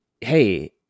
Hey